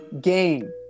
game